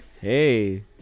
Hey